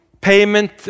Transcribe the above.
payment